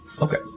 okay